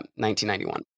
1991